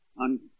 on